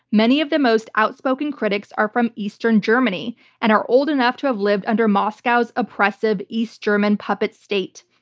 many of the most outspoken critics are from eastern germany and are old enough to have lived under moscow's oppressive east german puppet state.